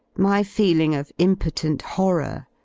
my feeling of impotent horror,